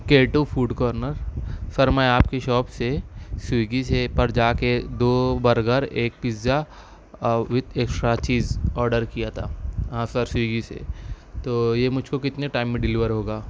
کیٹو food corner sir میں آپ کی شاپ سے سویگی سے ایپ پر جا کے دو برگر ایک pizza with extra cheese order کیا تھا ہاں سر سویگی سے تو یہ مجھ کو کتنے ٹائم میں ڈلیور ہوگا